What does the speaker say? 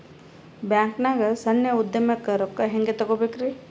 ಬ್ಯಾಂಕ್ನಾಗ ಸಣ್ಣ ಉದ್ಯಮಕ್ಕೆ ರೊಕ್ಕ ಹೆಂಗೆ ತಗೋಬೇಕ್ರಿ?